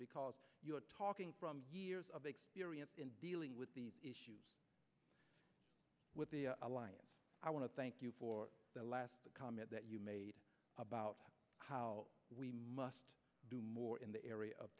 because you are talking from years of experience in dealing with the issues with the alliance i want to thank you for the last comment that you made about how we must do more in the area of